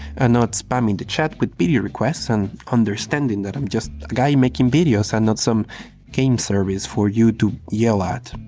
and not spamming the chat with video request. and understanding that i am just a guy making videos and not some game service for you to yell at.